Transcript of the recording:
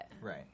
Right